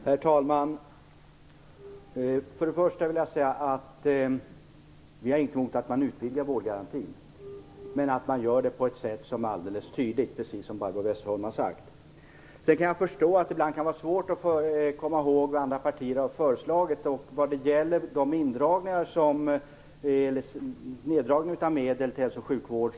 Herr talman! Vi har inget emot att man utvidgar vårdgarantin, men man bör, precis som Barbro Westerholm har sagt, göra det på ett sätt som är alldeles tydligt. Jag kan förstå att det ibland kan vara svårt att komma ihåg vad andra partier har föreslagit. Conny Öhman talade om neddragningarna av medel till hälso och sjukvården.